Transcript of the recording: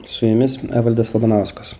su jumis evaldas labanauskas